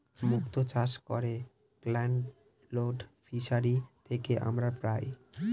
মুক্ত চাষ করে কন্ট্রোলড ফিসারী থেকে আমরা পাই